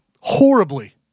horribly